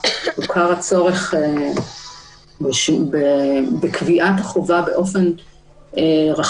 ואנחנו לא רואים את הצורך בשימוש בו באופן רחב,